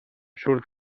surt